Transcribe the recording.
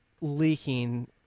leaking